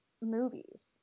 movies